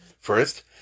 first